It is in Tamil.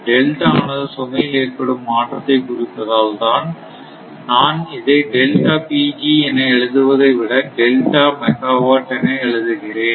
டெல்டா ஆனது சுமையில் ஏற்படும் மாற்றத்தை குறிப்பதால் தான் நான் இதை என எழுதுவதை விட டெல்டா மெகாவாட் என எழுதுகிறேன்